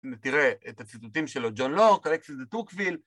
הנה תראה את הציטוטים שלו, ג'ון לוק, אלקסיס דה טוקוויל